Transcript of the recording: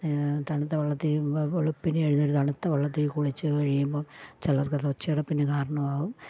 തണുത്ത വെള്ളത്തിൽ വെളിപ്പിനെ എഴുന്നേറ്റ് തണുത്ത വെള്ളത്തിൽ കുളിച്ചു കഴിയുമ്പോൾ ചിലർകൊ ക്കെ ഒച്ചയടപ്പിന് കാരണവാകും